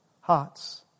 hearts